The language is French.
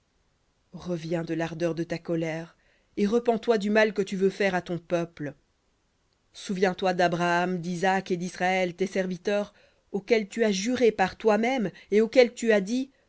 reviens de l'ardeur de ta colère et repens-toi du mal à ton peuple souviens-toi d'abraham d'isaac et d'israël tes serviteurs auxquels tu as juré par toi-même et auxquels tu as dit